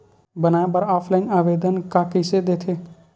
बनाये बर ऑफलाइन आवेदन का कइसे दे थे?